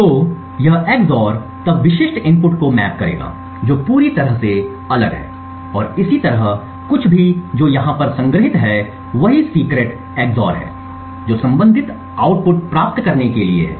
तो यह EX OR तब विशिष्ट इनपुट को मैप करेगा जो पूरी तरह से अलग है और इसी तरह कुछ भी जो यहां पर संग्रहीत है वही सीक्रेट EX OR है जो संबंधित आउटपुट प्राप्त करने के लिए है